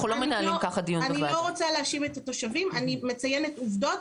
אני מציינת עובדות.